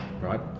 right